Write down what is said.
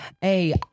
Hey